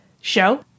show